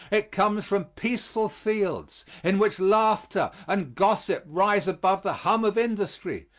it comes from peaceful fields, in which laughter and gossip rise above the hum of industry,